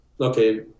okay